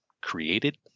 created